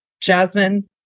Jasmine